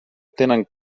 tenen